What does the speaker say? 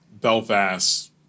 belfast